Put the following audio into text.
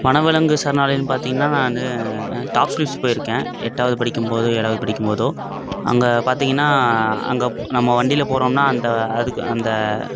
வனவிலங்கு சரணாலயம் பார்த்தீங்கன்னா நான் டாப்ஸ்லிப்ஸ் போயிருக்கேன் எட்டாவது படிக்கும்போதோ ஏழாவது படிக்கும்போதோ அங்கே பார்த்தீங்கன்னா அங்கே நம்ம வண்டியில் போகிறோம்னா அந்த அதுக்கு அந்த